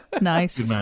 nice